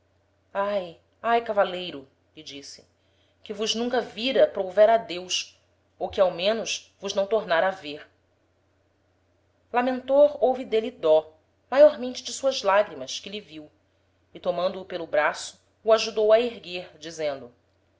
ai ai cavaleiro lhe disse que vos nunca vira prouvera a deus ou que ao menos vos não tornára a ver lamentor houve d'êle dó maiormente de suas lagrimas que lhe viu e tomando-o pelo braço o ajudou a erguer dizendo